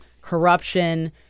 corruption